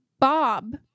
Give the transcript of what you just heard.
Bob